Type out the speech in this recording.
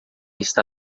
está